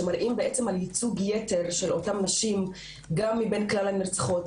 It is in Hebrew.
שמראים על ייצוג יתר של אותן נשים גם מבין כלל הנרצחות,